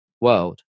World